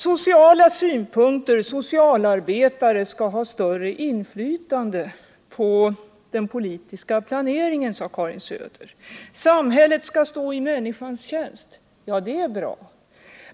Sociala synpunkter och socialarbetare skall ha större inflytande på den politiska planeringen, sade Karin Söder — samhället skall stå i människans tjänst. Ja, det är bra.